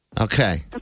Okay